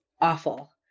awful